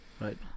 Right